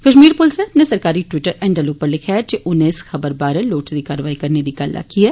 कश्मीर पुलसै अपने सरकारी ट्वीटर हैंडल उप्पर लिखेआ ऐ जे औने इस खबर बारै लोड़चदी कार्रवाई करने दी गल्ल आंक्खी ऐ